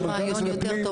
יש רעיון יותר טוב,